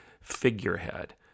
figurehead